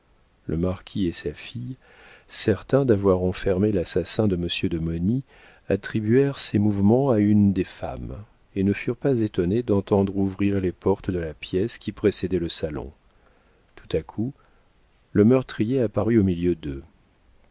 le marquis et sa fille certains d'avoir enfermé l'assassin de monsieur de mauny attribuèrent ces mouvements à une des femmes et ne furent pas étonnés d'entendre ouvrir les portes de la pièce qui précédait le salon tout à coup le meurtrier apparut au milieu d'eux